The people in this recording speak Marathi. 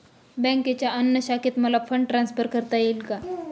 बँकेच्या अन्य शाखेत मला फंड ट्रान्सफर करता येईल का?